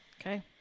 Okay